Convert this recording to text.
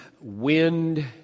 wind